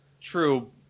True